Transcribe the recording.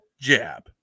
jab